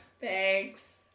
Thanks